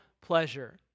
pleasure